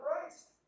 Christ